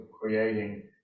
creating